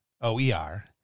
OER